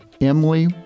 Emily